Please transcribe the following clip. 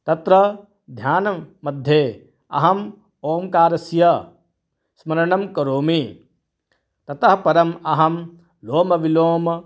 तत्र ध्यानं मध्ये अहम् ओङ्कारस्य स्मरणं करोमि ततः परम् अहं लोमविलोमः